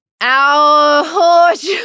Ouch